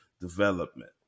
development